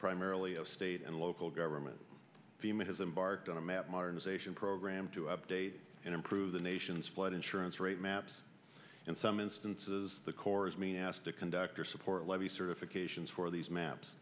primarily of state and local government has embark on a map modernization program to update and improve the nation's flood insurance rate maps in some instances the corps mean asked the conductor support levy certifications for these maps